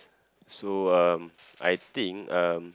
so um I think um